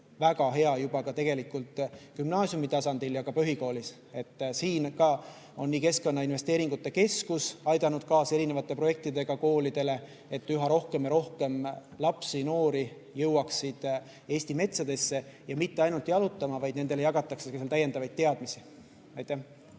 väga hea juba tegelikult gümnaasiumi tasandil ja ka põhikoolis. Siin on Keskkonnainvesteeringute Keskus aidanud kaasa projektidega koolidele, et üha rohkem ja rohkem lapsi-noori jõuaks Eesti metsadesse, ja mitte ainult jalutama, vaid seal jagatakse neile ka teadmisi. Aitäh!